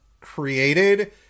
created